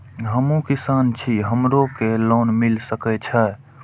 हमू किसान छी हमरो के लोन मिल सके छे?